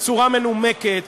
בצורה מנומקת,